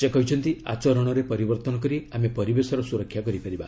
ସେ କହିଛନ୍ତି ଆଚରଣରେ ପରିବର୍ତ୍ତନ କରି ଆମେ ପରିବେଶର ସୁରକ୍ଷା କରିପାରିବା